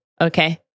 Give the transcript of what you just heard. okay